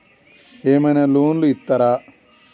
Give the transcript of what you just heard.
ఏమైనా లోన్లు ఇత్తరా?